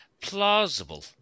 plausible